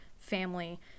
family